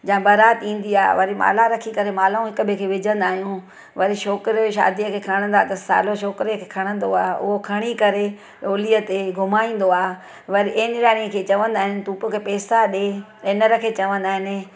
या बरात ईंदी आहे वरी माला रखी करे माला हिकु ॿे खे विझंदा आहियूं वरी छोकिरे खे शादी में खणंदा अथसि सालो छोकिरे खे खणंदो आहे उओ खणी करे टोलिअ ते घुमाईंदो आहे वरी एनराणी खे चवंदा आहिनि तोखे पैसा ॾिए एनर खे चवंदा आहिनि